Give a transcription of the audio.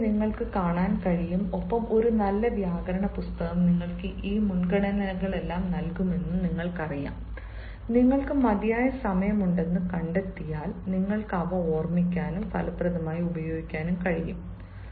അതുപോലെ നിങ്ങൾക്ക് കാണാൻ കഴിയും ഒപ്പം ഒരു നല്ല വ്യാകരണ പുസ്തകം നിങ്ങൾക്ക് ഈ മുൻഗണനകളെല്ലാം നൽകുമെന്ന് നിങ്ങൾക്കറിയാം നിങ്ങൾക്ക് മതിയായ സമയമുണ്ടെന്ന് കണ്ടെത്തിയാൽ നിങ്ങൾക്ക് അവ ഓർമ്മിക്കാനും ഫലപ്രദമായി ഉപയോഗിക്കാനും കഴിയും